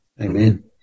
Amen